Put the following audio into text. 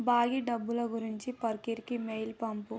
బాకీ డబ్బుల గురించి ఫర్కిర్కి మెయిల్ పంపు